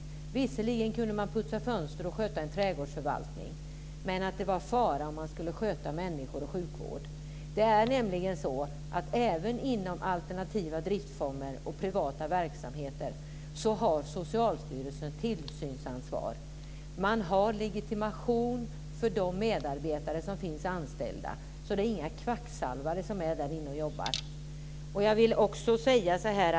Han sade att man visserligen kan putsa fönster och sköta en trädgårdsförvaltning, men att det var fara om man skulle sköta människor och sjukvård. Även inom alternativa driftsformer och privata verksamheter är det Socialstyrelsen som har tillsynsansvaret. Det krävs legitimation för de som är anställda, så det är inga kvacksalvare som är med och jobbar.